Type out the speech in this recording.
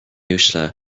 uaisle